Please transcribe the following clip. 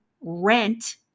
rent